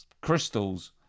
crystals